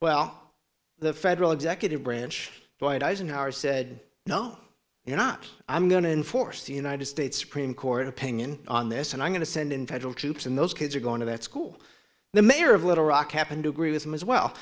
well the federal executive branch but eisenhower said no you're not i'm going to enforce the united states supreme court opinion on this and i'm going to send in federal troops and those kids are going to that school the mayor of little rock happened to agree with them as well